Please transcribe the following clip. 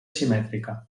simètrica